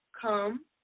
Come